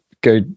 go